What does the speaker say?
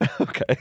Okay